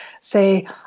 say